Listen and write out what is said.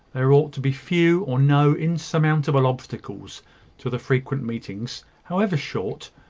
there ought to be few or no insurmountable obstacles to the frequent meetings, however short,